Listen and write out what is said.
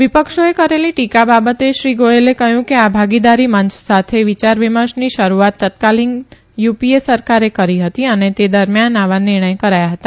વિપક્ષીએ કરેલી ટીકા બાબતે કહ્યું કે આ ભાગીદારી મંચ સાથે વિયાર વિમર્શની શરૂઆત તત્કાલીન યુપીએ સરકારે કરી હતી અને તે દરમ્યાન આવા નિર્ણય કરાયા હતા